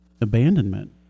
abandonment